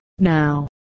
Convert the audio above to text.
Now